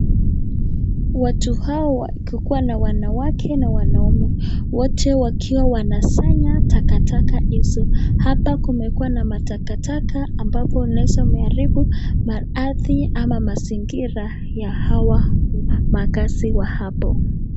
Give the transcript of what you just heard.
Watu hawa kukiwa na wanawake na wanaume wote wakiwa wanasanya takataka hizo. Hapa kumekuwa na matakataka ambapo inaweza imeharibu maradhi ama mazingira ya hawa makazi wa hapo.